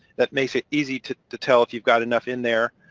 that makes it easy to to tell if you've got enough in there.